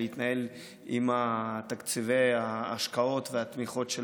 ולהתנהל עם תקציבי ההשקעות והתמיכות של